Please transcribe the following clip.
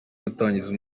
gutangiza